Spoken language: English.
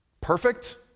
Perfect